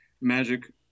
Magic